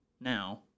now